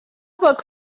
work